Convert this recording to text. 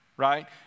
right